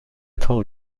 tall